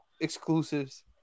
exclusives